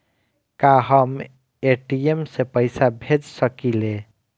का हम ए.टी.एम से पइसा भेज सकी ले?